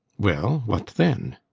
well, what then?